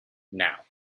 now